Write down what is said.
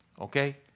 Okay